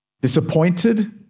Disappointed